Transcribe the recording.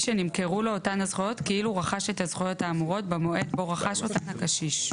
אותן הזכויות כאילו רכש את הזכויות האמורות במועד בו רכש אותן הקשיש.".